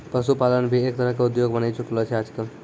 पशुपालन भी एक तरह के उद्योग बनी चुकलो छै आजकल